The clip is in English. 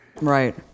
Right